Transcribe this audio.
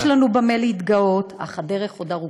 יש לנו במה להתגאות אך הדרך עוד ארוכה.